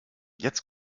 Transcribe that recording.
jetzt